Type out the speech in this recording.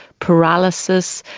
paralysis,